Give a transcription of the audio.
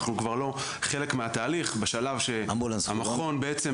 אנחנו כבר לא חלק מהתהליך בשלב שהמכון בעצם